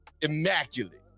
immaculate